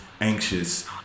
anxious